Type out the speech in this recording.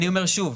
אני אומר שוב,